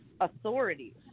authorities